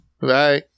bye